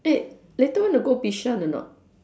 eh later want to go bishan or not